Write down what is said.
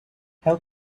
help